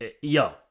yo